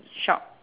shop